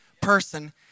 person